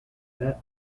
that